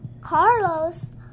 Carlos